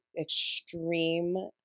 extreme